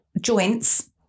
joints